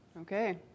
Okay